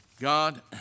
God